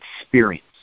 experience